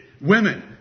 Women